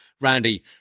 randy